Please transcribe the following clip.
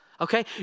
Okay